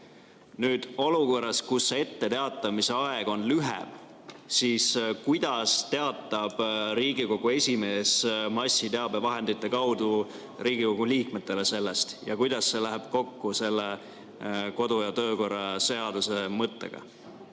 Nüüd olukorras, kus etteteatamise aeg on lühem, kuidas teatab Riigikogu esimees sellest massiteabevahendite kaudu Riigikogu liikmetele ja kuidas see läheb kokku selle kodu- ja töökorra seaduse mõttega?